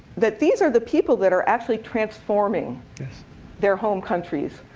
that these are the people that are actually transforming their home countries.